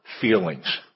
feelings